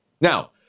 Now